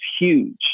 huge